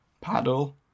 paddle